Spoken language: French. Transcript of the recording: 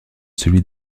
celui